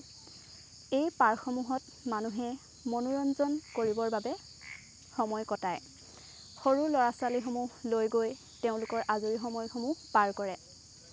এই পাৰ্কসমূহত মানুহে মনোৰঞ্জন কৰিবৰ বাবে সময় কটায় সৰু ল'ৰা ছোৱালীসমূহ লৈ গৈ তেওঁলোকৰ আজৰি সময়সমূহ পাৰ কৰে